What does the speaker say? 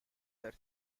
their